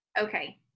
Okay